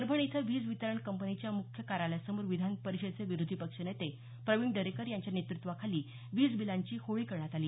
परभणी इथं वीज वितरण कंपनीच्या मुख्य कार्यालयासमोर विधान परिषदेचे विरोधी पक्षनेते प्रवीण दरेकर यांच्या नेतृत्वाखाली वीज बिलांची होळी करण्यात आली